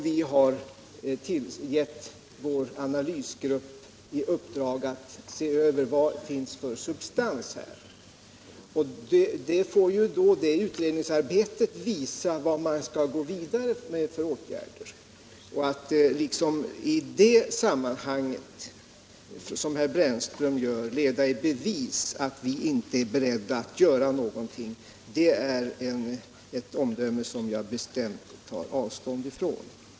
Vi har givit vår analysgrupp i uppdrag att — Om sysselsättningen se över vad som döljer sig bakom dessa informationer. Det utrednings — vid Algots Nord arbetet får visa vilka åtgärder som kan bli erforderliga. Att i det sammanhanget, som herr Brännström gör, försöka leda i bevis att vi inte är beredda att göra någonting — det vill jag bestämt ta avstånd ifrån.